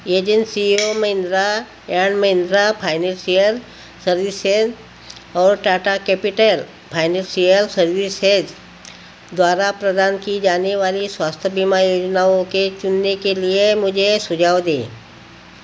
एजेंसियों Mahindra and Mahindra financial services और Tata capital financial services द्वारा प्रदान की जाने वाली स्वास्थ्य बीमा योजनाओं के चुनने के लिए मुझे सुझाव दें